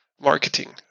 marketing